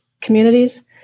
communities